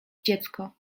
dziecko